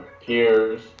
peers